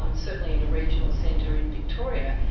um certainly in a regional centre in victoria,